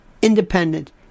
independent